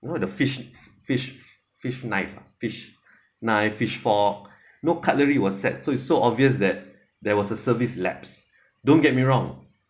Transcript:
you know the fish fish knife ah fish knife fish fork no cutlery was set so it's so obvious that there was a service lapse don't get me wrong